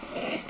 诶